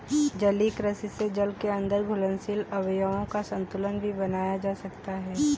जलीय कृषि से जल के अंदर घुलनशील अवयवों का संतुलन भी बनाया जा सकता है